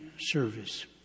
service